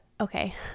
Okay